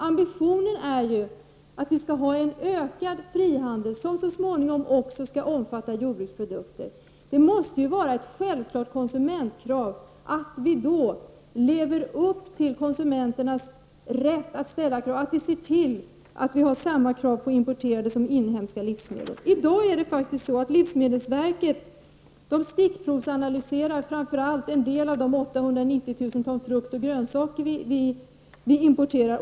Ambitionen är ju att vi skall få en ökning av frihandeln som också så småningom skall omfatta jordbruksprodukter. Det måste ju vara ett självklart konsumentkrav att vi slår vakt om konsumenternas rätt att ställa krav, att vi ser till att vi har samma krav på importerade livsmedel som på inhemska livsmedel. I dag är det faktiskt så, att livsmedelsverket stickprovsanalyserar framför allt en del av de 890 000 ton frukt och grönsaker som vi årligen importerar.